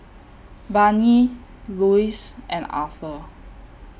Barnie Luz and Arthur